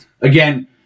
again